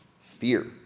fear